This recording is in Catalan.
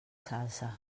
salsa